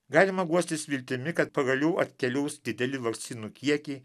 galima guostis viltimi kad pagaliau atkeliaus dideli vakcinų kiekiai